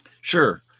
Sure